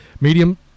Medium